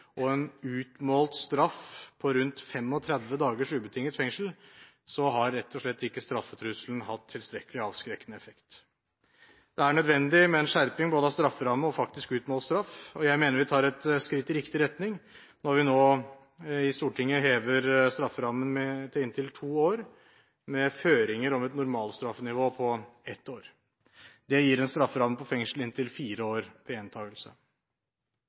og en utmålt straff på rundt 35 dagers ubetinget fengsel, har straffetrusselen rett og slett ikke hatt tilstrekkelig avskrekkende effekt. Det er nødvendig med en skjerping både av strafferamme og av faktisk utmålt straff. Jeg mener vi tar et skritt i riktig retning når Stortinget nå hever strafferammen til inntil to år, med føringer om et normalt straffenivå på ett år. Det gir en strafferamme på fengsel i inntil fire år for gjentakelse.